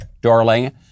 darling